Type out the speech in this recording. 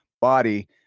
body